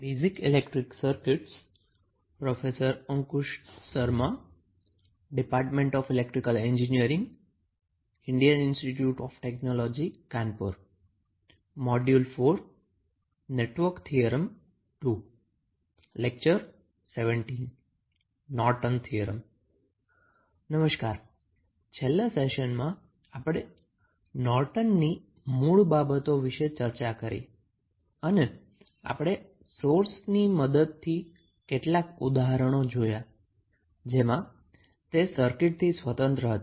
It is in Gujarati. નમસ્કાર છેલ્લા ક્લાસમાં આપણે નોર્ટનના થીયરમ Nortons theorem ની મૂળ બાબતો વિશે ચર્ચા કરી અને આપણે સોર્સ ની મદદથી કેટલાક ઉદાહરણો જોયા જેમાં તે સર્કિટ થી ઈન્ડીપેન્ડન્ટ હતા